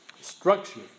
structure